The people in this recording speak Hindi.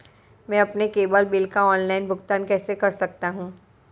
मैं अपने केबल बिल का ऑनलाइन भुगतान कैसे कर सकता हूं?